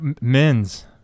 men's